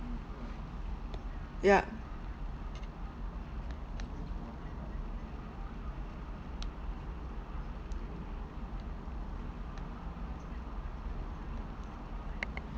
yup